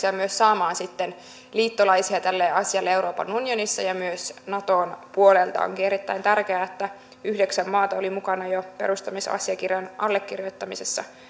ja myös saamaan sitten liittolaisia tälle asialle euroopan unionissa ja myös naton puolelta onkin erittäin tärkeätä että yhdeksän maata oli mukana jo perustamisasiakirjan allekirjoittamisessa